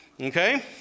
Okay